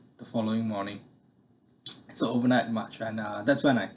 the following morning so overnight march and ah that's when I